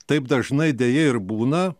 taip dažnai deja ir būna